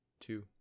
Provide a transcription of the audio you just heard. two